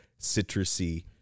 citrusy